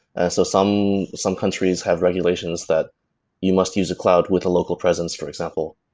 and so some some countries have regulations that you must use a cloud with a local presence, for example.